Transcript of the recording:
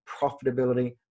profitability